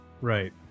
right